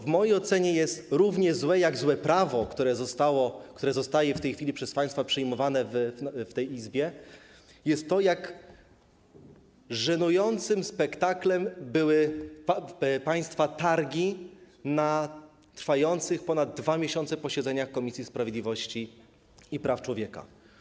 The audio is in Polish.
W mojej ocenie równie złe jak złe prawo, które jest w tej chwili przez państwa przyjmowane w tej Izbie, jest to, jak żenującym spektaklem były państwa targi na trwających ponad 2 miesiące posiedzeniach Komisji Sprawiedliwości i Praw Człowieka.